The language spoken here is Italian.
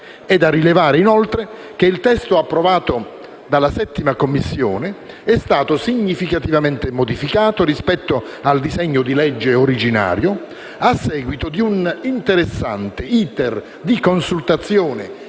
È da rilevare, inoltre, che il testo approvato dalla 7a Commissione è stato significativamente modificato rispetto al disegno di legge originario, a seguito di un interessante *iter* di consultazione